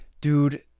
dude